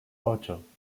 ocho